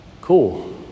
cool